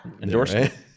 Endorsement